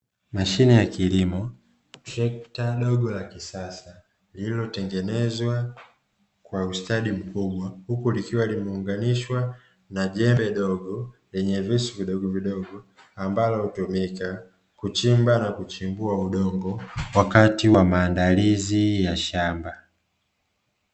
Mashine ya kilimo trekta dogo la kisasa, lililotengenezwa kwa ustadi mkubwa huku likiwa limeunganishwa na jembe dogo lenye visu vidogovidogo, ambalo hutumika kuchambua na kuchimbua udongo, wakati wamaandalizi ya shamba.